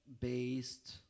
based